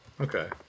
Okay